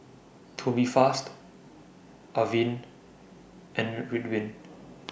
Tubifast Avene and Ridwind